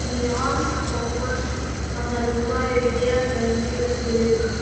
dior savo ruožtu analizuoja idėjas galimybes ir rinką